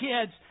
kids